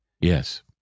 Yes